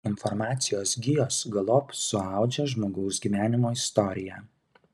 informacijos gijos galop suaudžia žmogaus gyvenimo istoriją